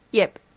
yep.